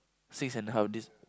six and half days